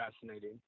fascinating